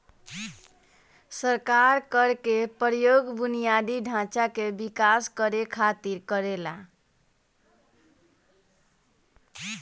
सरकार कर के प्रयोग बुनियादी ढांचा के विकास करे खातिर करेला